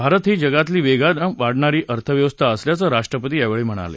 भारत ही जगातली वेगानं वाढणारी अर्थव्यवस्था असल्याचं राष्ट्रपती यावेळी म्हणाले